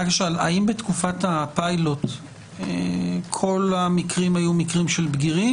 האם בתקופת הפיילוט כל המקרים היו מקרים של בגירים,